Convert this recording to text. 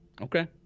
Okay